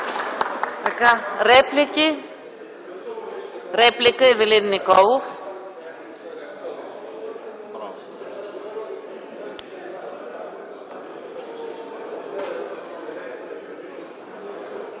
реплики? Реплика – Ивелин Николов.